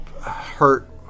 hurt